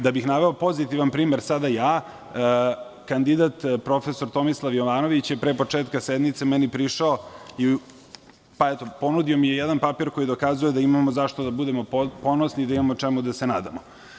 Da bih naveo pozitivan primer, kandidat profesor Tomislav Jovanović je pre početka sednice meni prišao i ponudio mi je jedan papir koji dokazuje da imamo zašto da budemo ponosni i da imamo čemu da se nadamo.